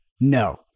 no